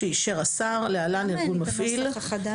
שאישר השר (להלן- ארגון מפעיל),